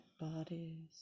bodies